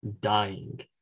dying